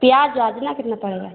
ब्याज वाज ना कितना पड़ेगा